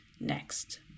next